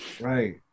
right